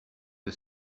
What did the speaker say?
que